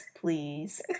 please